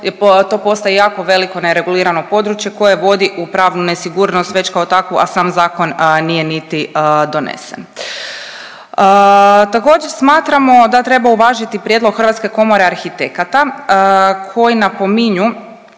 to postaje jako veliko neregulirano područje koje vodi u pravnu nesigurnost već kao takvu, a sam zakon nije niti donesen. Također smatramo da treba uvažiti prijedlog Hrvatske komore arhitekata koji napominju